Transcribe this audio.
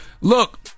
look